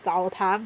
澡堂